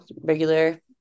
regular